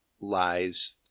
lies